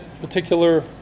particular